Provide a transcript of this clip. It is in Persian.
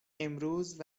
امروز